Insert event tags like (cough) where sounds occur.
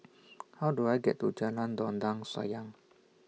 (noise) How Do I get to Jalan Dondang Sayang